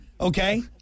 okay